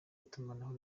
itumanaho